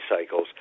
cycles